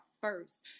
first